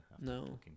no